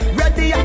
ready